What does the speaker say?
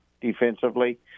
defensively